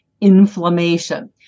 inflammation